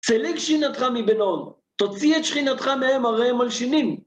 צליג שכינתך מבינהון, תוציא את שכינתך מהם, הרי הם מלשינים.